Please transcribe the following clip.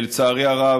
לצערי הרב,